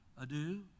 adieu